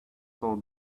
saw